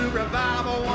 revival